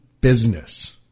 business